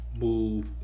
move